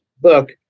book